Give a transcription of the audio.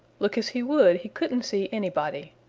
look as he would he couldn't see anybody.